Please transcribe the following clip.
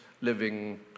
living